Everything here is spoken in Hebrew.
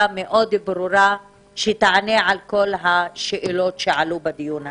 ברורה מאוד שתענה על כל השאלות שעלו בדיון הזה.